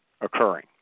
occurring